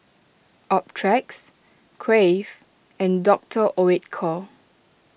Optrex Crave and Doctor Oetker